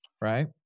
right